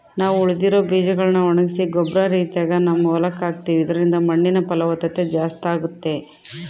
ನಾವು ಉಳಿದಿರೊ ಬೀಜಗಳ್ನ ಒಣಗಿಸಿ ಗೊಬ್ಬರ ರೀತಿಗ ನಮ್ಮ ಹೊಲಕ್ಕ ಹಾಕ್ತಿವಿ ಇದರಿಂದ ಮಣ್ಣಿನ ಫಲವತ್ತತೆ ಜಾಸ್ತಾಗುತ್ತೆ